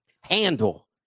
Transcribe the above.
handle